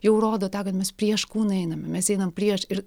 jau rodo tą kad mes prieš kūną einame mes einam prieš ir